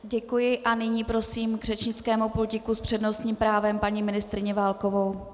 Děkuji a nyní prosím k řečnickému pultíku s přednostním právem paní ministryni Válkovou.